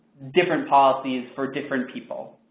different policies for different people.